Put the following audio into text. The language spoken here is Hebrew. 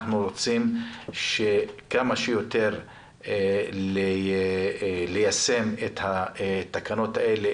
אנחנו רוצים כמה שיותר ליישם את התקנות האלה,